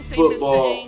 football